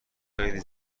خیلی